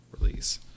release